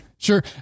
Sure